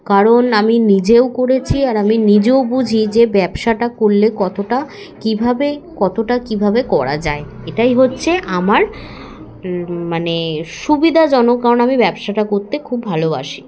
কারণ আমি নিজেও করেছি আর আমি নিজেও বুঝি যে ব্যবসাটা করলে কতটা কীভাবে কতটা কীভাবে করা যায় এটাই হচ্ছে আমার মানে সুবিধাজনক কারণ আমি ব্যবসাটা করতে খুব ভালোবাসি